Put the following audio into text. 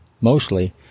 Mostly